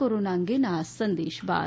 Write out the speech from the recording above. corona અંગેના આ સંદેશ બાદ